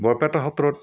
বৰপেটা সত্ৰত